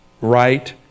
right